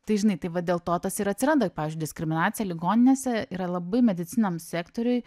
tai žinai tai va dėl to tas ir atsiranda pavyzdžiui diskriminacija ligoninėse yra labai medicininiam sektoriuj